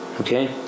okay